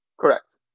correct